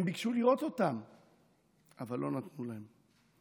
הם ביקשו לראות אותם אבל לא נתנו להם.